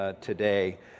today